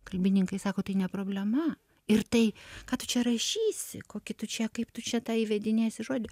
kalbininkai sako tai ne problema ir tai ką tu čia rašysi kokį tu čia kaip tu čia tą įvedinėsi žodį